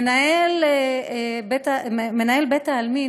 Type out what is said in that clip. מנהל בית העלמין,